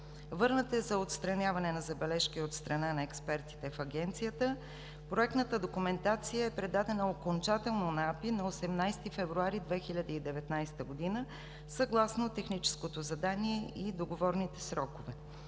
Върнат е за отстраняване на забележки от страна на експертите в Агенцията. Проектната документация е предадена окончателно на АПИ на 18 февруари 2019 г. съгласно техническото задание и договорните срокове.